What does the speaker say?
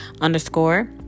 underscore